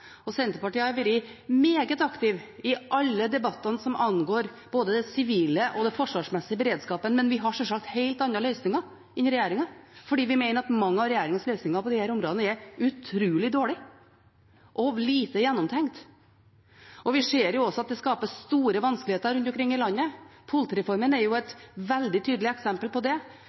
og forskjellige meninger, og Senterpartiet har vært meget aktiv i alle debattene som angår både den sivile og den forsvarsmessige beredskapen. Men vi har sjølsagt helt andre løsninger enn regjeringen, fordi vi mener at mange av regjeringens løsninger på de områdene er utrolig dårlige og lite gjennomtenkte, og vi ser også at det skaper store vanskeligheter rundt omkring i landet. Politireformen er et veldig tydelig eksempel på det,